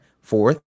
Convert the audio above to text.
Fourth